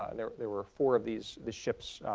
ah there there were four of these, these ships